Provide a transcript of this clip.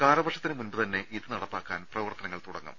കാലവർഷത്തിന് മുമ്പുതന്നെ ഇത് നടപ്പാക്കാൻ പ്രവർത്തനങ്ങൾ തുടങ്ങും